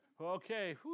okay